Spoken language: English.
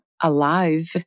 alive